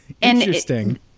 Interesting